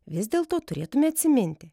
vis dėlto turėtume atsiminti